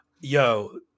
yo